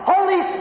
Holy